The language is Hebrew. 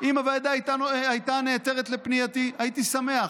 אם הוועדה הייתה נעתרת לפנייתי, הייתי שמח,